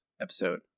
episode